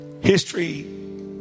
history